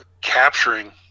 capturing